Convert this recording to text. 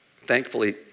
Thankfully